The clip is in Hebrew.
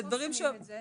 למה לא מפרסמים את זה,